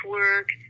work